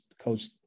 coach